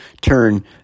turn